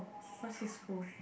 why he's full